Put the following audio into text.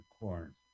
corn